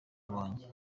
iwanjye